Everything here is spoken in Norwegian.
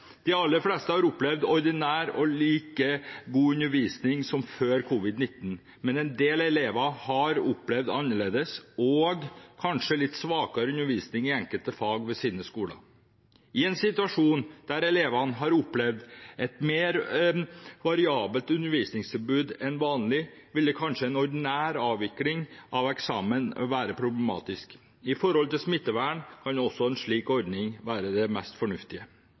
De aller fleste har opplevd ordinær og like god undervisning som før covid-19, men en del elever har opplevd annerledes og kanskje litt svakere undervisning i enkelte fag ved sine skoler. I en situasjon der elevene har opplevd et mer variabelt undervisningstilbud enn vanlig, ville kanskje en ordinær avvikling av eksamen være problematisk, og med tanke på smittevern kan også en slik ordning være det mest fornuftige.